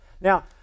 Now